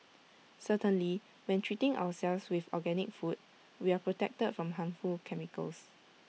certainly when treating ourselves with organic food we are protected from harmful chemicals